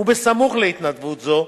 וסמוך להתנדבות זו,